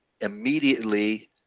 immediately